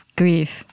grief